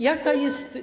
Jaka jest.